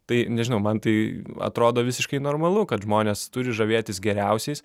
tai nežinau man tai atrodo visiškai normalu kad žmonės turi žavėtis geriausiais